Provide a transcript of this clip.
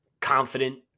confident